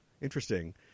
Interesting